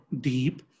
deep